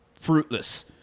fruitless